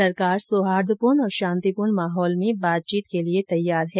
सरकार सौहार्दपूर्ण और शांतिपूर्ण माहौल में बातचीत के लिये तैयार है